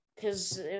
Cause